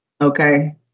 Okay